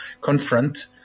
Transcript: confront